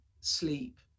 sleep